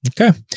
Okay